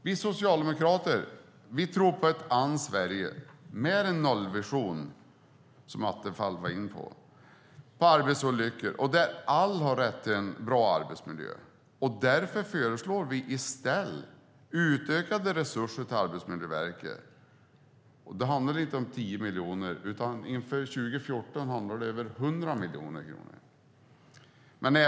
Vi socialdemokrater tror på ett annat Sverige med en nollvision för arbetsolyckor, som Attefall var inne på, där alla har rätt till en bra arbetsmiljö. Därför föreslår vi i stället utökade resurser till Arbetsmiljöverket. Det handlar inte om 10 miljoner, utan för 2014 handlar det om över 100 miljoner kronor.